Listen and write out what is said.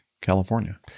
California